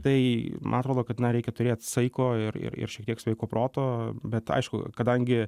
tai man atrodo kad na reikia turėt saiko ir ir ir šiek tiek sveiko proto bet aišku kadangi